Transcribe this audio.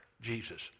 Jesus